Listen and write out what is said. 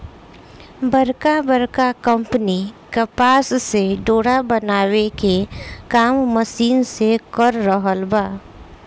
बड़का बड़का कंपनी कपास से डोरा बनावे के काम मशीन से कर रहल बा